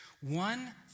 One